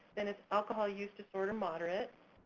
then it's alcohol use disorder, moderate,